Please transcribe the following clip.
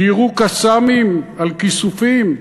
שיירו "קסאמים" על כיסופים?